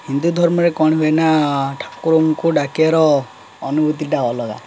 ହିନ୍ଦୁ ଧର୍ମରେ କ'ଣ ହୁଏ ନା ଠାକୁରଙ୍କୁ ଡାକିବାର ଅନୁଭୂତିଟା ଅଲଗା